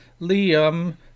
Liam